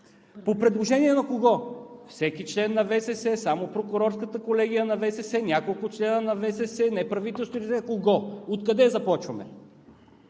По предложение на кого – всеки член на ВСС, само прокурорската колегия на ВСС, няколко члена на ВСС, неправителствените? От кого? Откъде започваме?